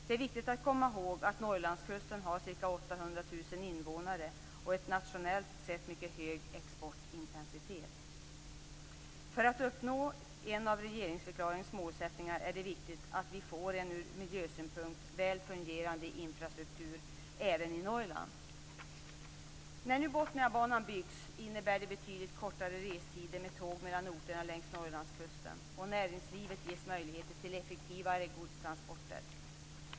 Det är viktigt att komma ihåg att Norrlandskusten har ca 800 000 invånare och en nationellt sett mycket hög exportintensitet. För att uppnå en av regeringsförklaringens målsättningar är det viktigt att vi får en ur miljösynpunkt väl fungerande infrastruktur även i Norrland. När nu Botniabanan byggs innebär det betydligt kortare restider med tåg mellan orterna längs Norrlandskusten, och näringslivet ges möjligheten till effektivare godstransporter.